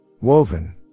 Woven